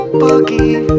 boogie